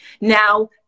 Now